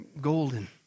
golden